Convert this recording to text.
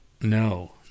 no